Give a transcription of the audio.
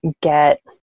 get